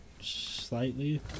Slightly